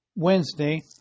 Wednesday